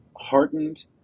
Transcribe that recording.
heartened